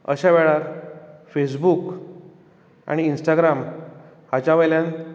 अश्या वेळार फेसबूक आनी इंस्टाग्राम हांच्या वयल्यान